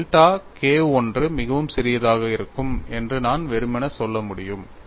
delta K I மிகவும் சிறியதாக இருக்கும் என்று நான் வெறுமனே சொல்ல முடியும்